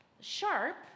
sharp